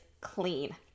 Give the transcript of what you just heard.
clean